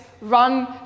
run